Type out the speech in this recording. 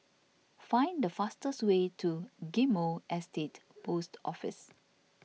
find the fastest way to Ghim Moh Estate Post Office